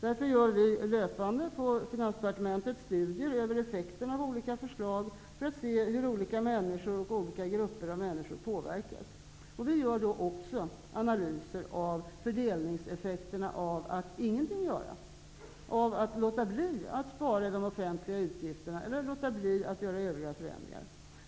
Därför gör vi på Finansdepartementet fortlöpande studier av effekter av olika förslag, för att se hur olika människor och olika grupper av människor påverkas. Vi gör också analyser av fördelningseffekterna av att ingenting göra, av att låta bli att spara i de offentliga utgifterna eller låta bli att genomföra andra förändringar.